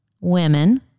women